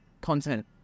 content